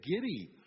giddy